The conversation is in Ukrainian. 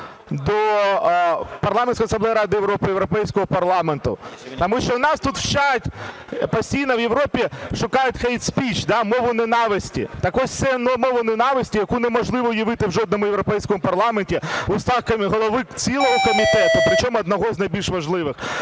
до Парламентської асамблеї Ради Європи, Європейського парламенту. Тому що у нас тут вчать, постійно в Європі шукають hate speech, мову ненависті. Так от ця мова ненависті, яку неможливо уявити в жодному європейському парламенті, на вустах голови цілого комітету, причому одного з найбільш важливих.